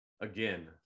Again